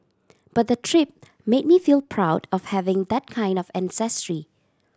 but the trip made me feel proud of having that kind of ancestry